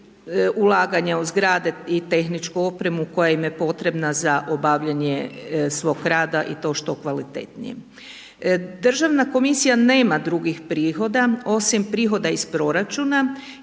ulaganja u zgrade i tehnički opremu koja im je potrebna za obavljanje svog rada i to što kvalitetnije. Državna komisija nema drugih prihoda osim prihoda iz proračuna